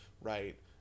right